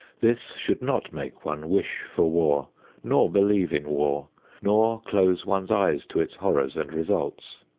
this should not make one wish for war nor believe in war nor close one's eyes to its horrors and results.